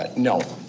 but no.